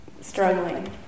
struggling